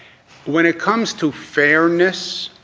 when it comes to fairness,